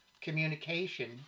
communication